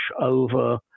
over